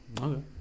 Okay